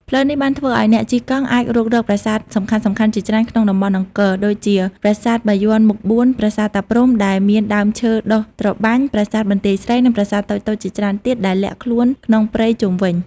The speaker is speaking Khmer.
ផ្លូវនេះបានធ្វើឲ្យអ្នកជិះកង់អាចរុករកប្រាសាទសំខាន់ៗជាច្រើនក្នុងតំបន់អង្គរដូចជា ប្រាសាទបាយ័នមុខបួន ប្រាសាទតាព្រហ្មដែលមានដើមឈើដុះត្របាញ់ ប្រាសាទបន្ទាយស្រី និងប្រាសាទតូចៗជាច្រើនទៀតដែលលាក់ខ្លួនក្នុងព្រៃជុំវិញ។